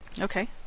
okay